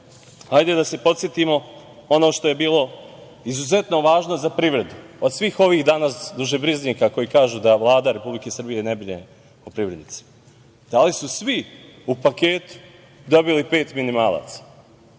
hajde da se podsetimo na ono što je bilo izuzetno važno za privredu. Od svih ovih danas dušebrižnika koji kažu da Vlada Republike Srbije ne brine o privrednicima, da li su svi u paketu dobili pet minimalaca?